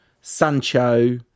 Sancho